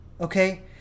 okay